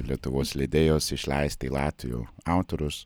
lietuvos leidėjus išleisti latvių autorius